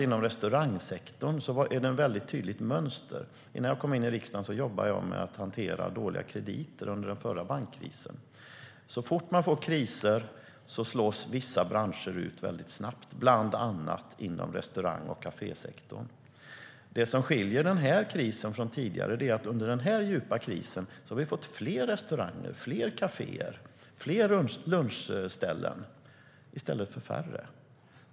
Inom restaurangsektorn finns ett tydligt mönster. Innan jag kom in i riksdagen jobbade jag med att hantera dåliga krediter under den förra bankkrisen. Så fort man får kriser slås vissa branscher ut väldigt snabbt, bland annat inom restaurang och kafésektorn. Det som skiljer den här krisen från tidigare kriser är att under denna djupa kris har vi fått fler restauranger, kaféer och lunchställen i stället för färre.